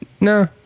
no